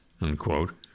unquote